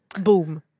boom